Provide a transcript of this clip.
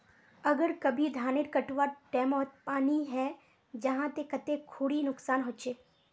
अगर कभी धानेर कटवार टैमोत पानी है जहा ते कते खुरी नुकसान होचए?